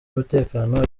y’umutekano